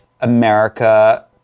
America